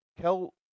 Kel